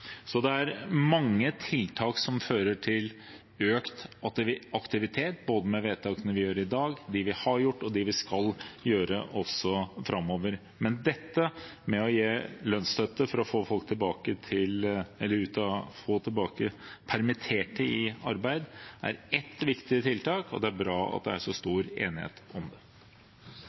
Så det er mange tiltak som fører til økt aktivitet – både vedtakene vi gjør i dag, de vi har gjort og de vi skal gjøre framover. Men lønnsstøtte for å få permitterte tilbake i arbeid er ett viktig tiltak, og det er bra at det er så stor enighet om det.